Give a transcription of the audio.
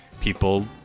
People